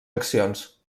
accions